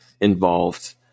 involved